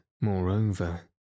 moreover